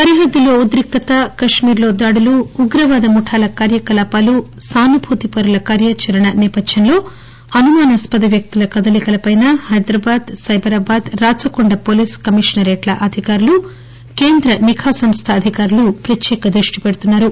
సరిహద్దులో ఉదిక్తత కశ్మీర్లో దాడులు ఉగ్రవాద ముఠాల కార్యకలాపాలు సానుభూతిపరుల కార్యచరణ నేపథ్యంలో అనుమానాస్పద వ్యక్తులు కదలికలపై హైదరాబాద్ సైబరాబాద్ రాచకొండ పోలీస్ కమిషనరేట్ల అధికారులు కేంద నిఘా సంస్థ అధికారులు ప్రత్యేక దృష్టి పెట్టారు